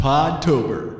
Podtober